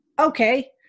Okay